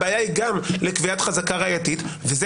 הבעיה היא גם בקביעת חזקה ראייתית וזה